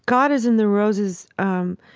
god is in the roses, um,